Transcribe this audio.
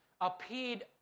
appeared